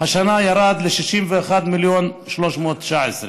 והשנה ירד ל-61.319 מיליון.